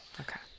Okay